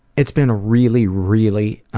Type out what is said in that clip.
it's been a really, really